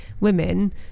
women